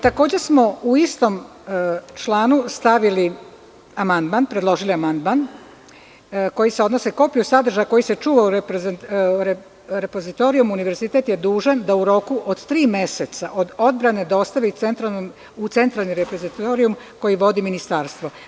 Takođe, smo u istom članu stavili amandman, predložili amandman koji se odnosi - kopiju sadržaja koji se čuva u repozitorijumu univerzitet je dužan da u roku od tri meseca od odbrane dostavi u centralni repozitorijum koji vodi ministarstvo.